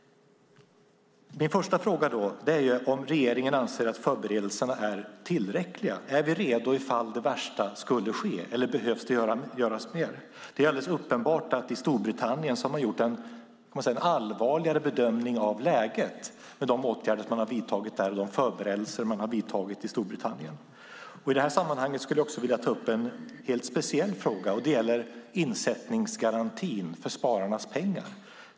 Min första fråga är om regeringen anser att förberedelserna är tillräckliga. Är vi redo om det värsta skulle ske eller behöver det göras mer? Det är uppenbart att man i Storbritannien har gjort en allvarligare bedömning av läget med tanke på de åtgärder och förberedelser man har vidtagit där. I detta sammanhang skulle jag vilja ta upp en speciell fråga, nämligen insättningsgarantin för spararnas pengar.